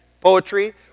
poetry